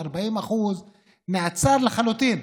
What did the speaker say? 40% נעצר לחלוטין.